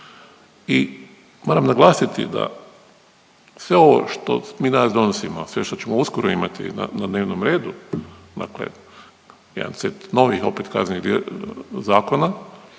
I, moram naglasiti da sve ovo što mi danas donosimo, sve što ćemo uskoro imati na dnevnom redu. Dakle, jedan set novih opet kaznenih zakona.